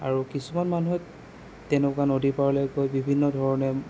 আৰু কিছুমান মানুহে তেনেকুৱা নদীৰ পাৰলৈ গৈ বিভিন্ন ধৰণে